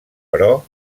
però